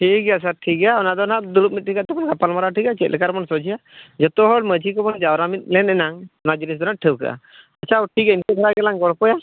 ᱴᱷᱤᱠ ᱜᱮᱭᱟ ᱥᱟᱨ ᱴᱷᱤᱠ ᱜᱮᱭᱟ ᱚᱱᱟ ᱫᱚ ᱱᱟᱜ ᱫᱩᱲᱩᱵ ᱢᱤᱜᱴᱷᱮᱡ ᱠᱟᱛᱮᱵᱚᱱ ᱜᱟᱯᱟᱞ ᱢᱟᱨᱟᱣᱟ ᱴᱷᱤᱠᱟ ᱪᱮᱫ ᱞᱮᱠᱟ ᱨᱮᱵᱚᱱ ᱥᱚᱡᱷᱮᱭᱟ ᱡᱚᱛᱚᱦᱚᱲ ᱢᱟᱹᱡᱷᱤ ᱠᱚᱵᱚᱱ ᱡᱟᱣᱨᱟ ᱢᱤᱫ ᱞᱮᱱ ᱮᱱᱟᱝ ᱚᱱᱟ ᱡᱤᱱᱤᱥ ᱫᱚ ᱱᱟᱜ ᱴᱷᱟᱹᱣᱠᱟᱹᱜᱼᱟ ᱟᱪᱪᱷᱟ ᱴᱷᱤᱠ ᱜᱮ ᱤᱱᱠᱟᱹ ᱫᱷᱟᱨᱟ ᱜᱮᱞᱟᱝ ᱜᱚᱞᱯᱷᱳᱭᱟ